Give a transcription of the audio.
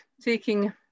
taking